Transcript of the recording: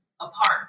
apart